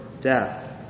death